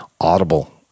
Audible